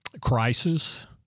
crisis